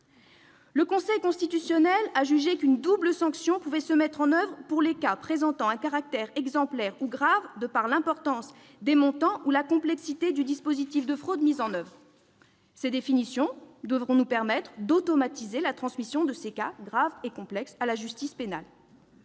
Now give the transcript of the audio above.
Le Conseil constitutionnel a jugé qu'une double sanction pouvait s'appliquer pour les cas présentant un caractère exemplaire ou grave de par l'importance des montants en cause ou la complexité du dispositif de fraude mis en oeuvre. Ces définitions devront nous permettre d'automatiser la transmission de ces cas graves ou complexes à la justice pénale.